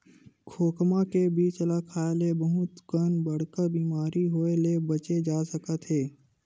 खोखमा के बीजा ल खाए ले बहुत कन बड़का बेमारी होए ले बाचे जा सकत हे